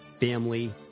family